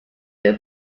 where